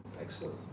Excellent